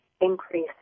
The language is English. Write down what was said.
increase